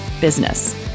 business